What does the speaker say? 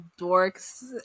dorks